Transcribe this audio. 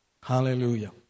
Hallelujah